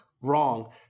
wrong